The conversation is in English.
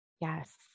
Yes